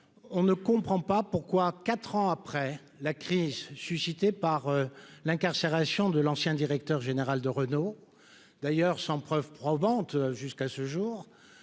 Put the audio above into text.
on ne comprend pas pourquoi 4 ans après la crise suscitée par l'incarcération de l'ancien directeur général de Renault d'ailleurs sans preuves probante jusqu'à ce jour,